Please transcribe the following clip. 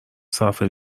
صرفه